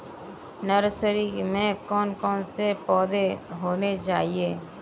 Nursery में कौन कौन से पौधे होने चाहिए?